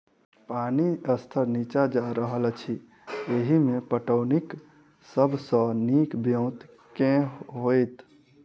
पानि स्तर नीचा जा रहल अछि, एहिमे पटौनीक सब सऽ नीक ब्योंत केँ होइत?